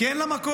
כי אין לה מקום.